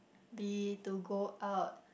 be to go out